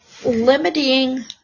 limiting